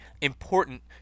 important